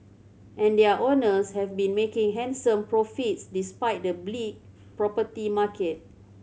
and their owners have been making handsome profits despite the bleak property market